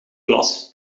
glas